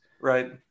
Right